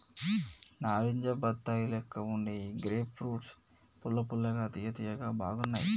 నారింజ బత్తాయి లెక్క వుండే ఈ గ్రేప్ ఫ్రూట్స్ పుల్ల పుల్లగా తియ్య తియ్యగా బాగున్నాయ్